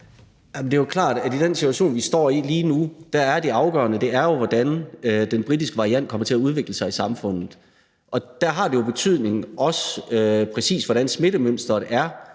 at det afgørende i den situation, vi står i lige nu, jo er, hvordan den britiske variant kommer til at udvikle sig i samfundet, og der har det jo også betydning, præcis hvordan smittemønsteret er,